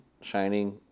Shining